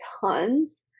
tons